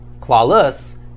Clawless